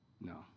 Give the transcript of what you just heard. No